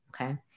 Okay